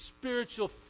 spiritual